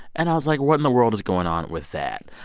and i was like, what in the world is going on with that?